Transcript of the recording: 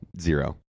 Zero